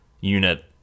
unit